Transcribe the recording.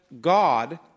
God